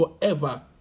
forever